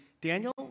Daniel